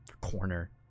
corner